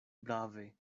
brave